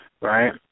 right